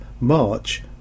March